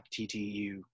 TTU